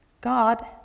God